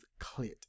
Clit